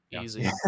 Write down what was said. Easy